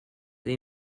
they